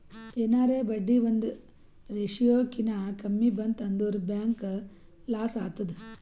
ಎನಾರೇ ಬಡ್ಡಿ ಒಂದ್ ರೇಶಿಯೋ ಕಿನಾ ಕಮ್ಮಿ ಬಂತ್ ಅಂದುರ್ ಬ್ಯಾಂಕ್ಗ ಲಾಸ್ ಆತ್ತುದ್